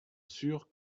sûr